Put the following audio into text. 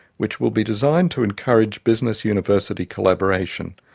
which will be designed to encourage business-university collaboration.